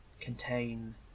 contain